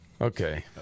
Okay